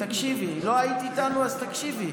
לא היית איתנו, אז תקשיבי.